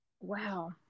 wow